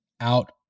out